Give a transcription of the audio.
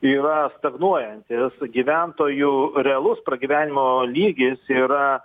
yra stagnuojantis gyventojų realus pragyvenimo lygis yra